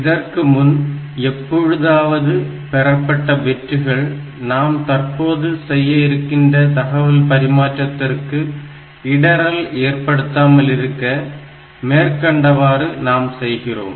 இதற்கு முன் எப்பொழுதாவது பெறப்பட்ட பிட்கள் நாம் தற்போது செய்ய இருக்கின்ற தகவல் பரிமாற்றத்திற்கு இடறல் ஏற்படுத்தாமல் இருக்க மேற்கண்டவாறு நாம் செய்கிறோம்